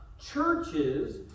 churches